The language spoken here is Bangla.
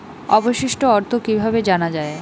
অবশিষ্ট অর্থ কিভাবে জানা হয়?